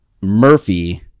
Murphy